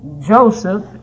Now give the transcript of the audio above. Joseph